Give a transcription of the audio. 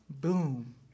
boom